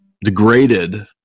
degraded